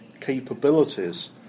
capabilities